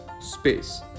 space